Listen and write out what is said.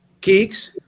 keeks